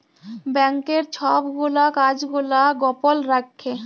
ব্যাংকের ছব গুলা কাজ গুলা গপল রাখ্যে